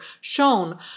shown